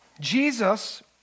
Jesus